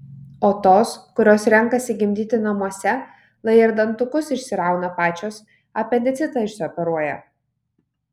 o tos kurios renkasi gimdyti namuose lai ir dantukus išsirauna pačios apendicitą išsioperuoja